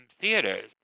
theaters